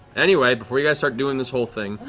anyway, before you guys start doing this whole thing,